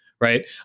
right